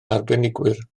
arbenigwyr